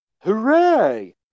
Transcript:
Hooray